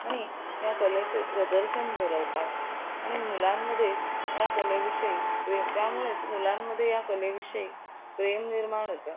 आणि या कलेचे प्रदर्शन भरवतात आणि मुलांमध्ये या कलेविषयी प्रे त्यामुळेच मुलांमध्ये या कलेविषयी प्रेम निर्माण होतं